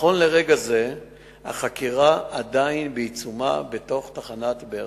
נכון לרגע זה החקירה עדיין בעיצומה בתוך תחנת באר-שבע.